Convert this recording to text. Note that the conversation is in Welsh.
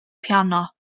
piano